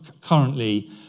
currently